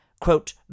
quote